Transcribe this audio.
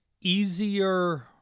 easier